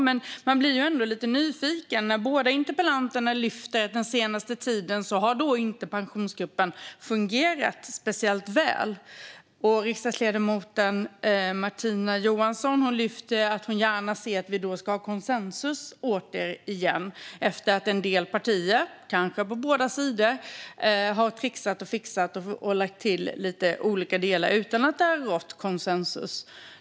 Men jag blir ändå lite nyfiken när båda interpellanterna lyfter fram att Pensionsgruppen inte har fungerat speciellt väl. Riksdagsledamoten Martina Johansson lyfter fram att hon gärna ser att vi ska ha konsensus återigen efter att en del partier - kanske på båda sidor - har trixat, fixat och lagt till lite olika delar utan att det har rått konsensus.